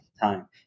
time